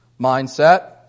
mindset